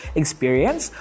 experience